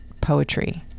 poetry